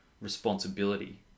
responsibility